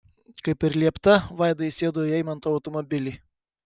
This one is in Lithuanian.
kaip ir liepta vaida įsėdo į eimanto automobilį